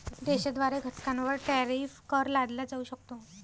देशाद्वारे घटकांवर टॅरिफ कर लादला जाऊ शकतो